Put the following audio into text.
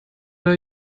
der